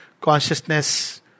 consciousness